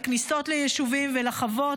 לכניסות ליישובים ולחוות,